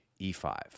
E5